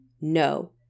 No